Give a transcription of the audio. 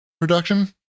production